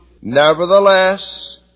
Nevertheless